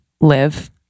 live